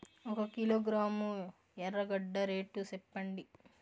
ఒక కిలోగ్రాము ఎర్రగడ్డ రేటు సెప్పండి?